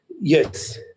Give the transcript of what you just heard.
yes